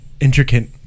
intricate